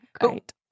Great